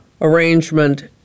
arrangement